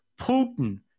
Putin